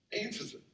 answers